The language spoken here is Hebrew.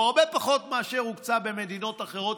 הוא הרבה פחות מאשר הוקצה במדינות אחרות